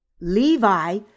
Levi